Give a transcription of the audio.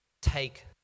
take